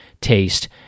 taste